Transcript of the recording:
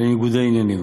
לניגודי עניינים.